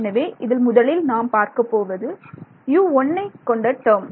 எனவே இதில் முதலில் நாம் பார்க்கப்போவது U1 ஐ கொண்ட டேர்ம்